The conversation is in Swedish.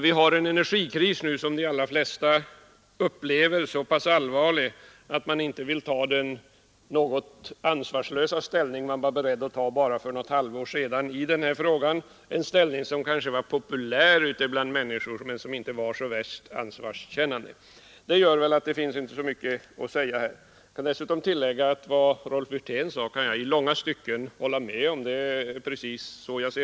Vi har en energikris som de allra flesta upplever som så allvarlig, att man inte vill ta ställning på det ansvarslösa sätt man var beredd att göra bara för något halvår sedan. Det var den gången fråga om ställningstaganden som kanske var populära bland allmänheten, men det var inte särskilt ansvarsfullt handlat. Detta medför att det inte finns så mycket att tala om i dag. Vad herr Wirtén sade kan jag i långa stycken hålla med om.